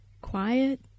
quiet